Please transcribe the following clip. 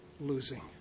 losing